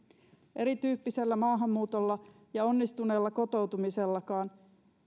erityyppisellä maahanmuutolla ja onnistuneella kotoutumisellakaan